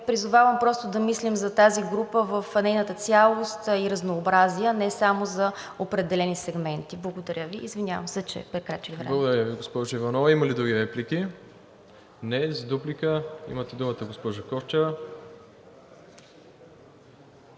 призовавам просто да мислим за тази група в нейната цялост и разнообразие, а не само за определени сегменти. Благодаря Ви. Извинявам се, че прекрачих времето. ПРЕДСЕДАТЕЛ МИРОСЛАВ ИВАНОВ: Благодаря Ви, госпожо Иванова. Има ли други реплики? Не. За дуплика, имате думата, госпожо Корчева.